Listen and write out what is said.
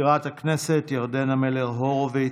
מזכירת הכנסת ירדנה מלר הורוביץ,